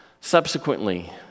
Subsequently